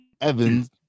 Evans